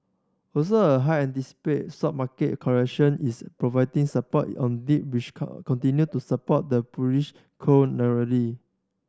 also a high anticipate stock market correction is providing support on dip which continue to support the bullish cold